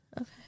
Okay